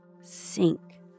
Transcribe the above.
sink